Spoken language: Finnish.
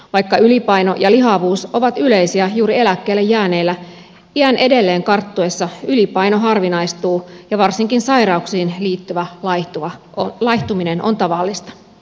vaikka ylipaino ja lihavuus ovat yleisiä juuri eläkkeelle jääneillä iän edelleen karttuessa ylipaino harvinaistuu ja varsinkin sairauksiin liittyvä laihtuminen on tavallista